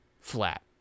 flat